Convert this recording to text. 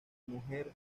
mujer